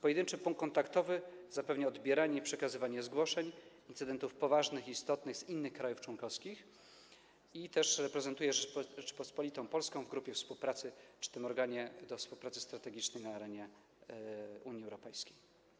Pojedynczy punkt kontaktowy zapewnia odbieranie i przekazywanie zgłoszeń incydentów poważnych i istotnych z innych krajów członkowskich i reprezentuje Rzeczpospolitą Polską w grupie współpracy przy organie do współpracy strategicznej na arenie Unii Europejskiej.